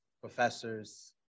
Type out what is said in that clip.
professors